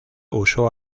usó